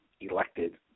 elected